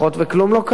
וכלום לא קרה,